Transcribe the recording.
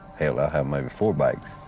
hell, i'll have maybe four bags.